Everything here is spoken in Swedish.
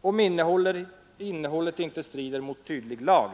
om innehållet inte strider mot tydlig lag.